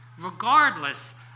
regardless